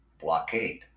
blockade